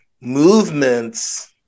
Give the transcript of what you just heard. movements